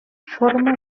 forma